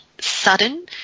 sudden